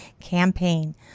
campaign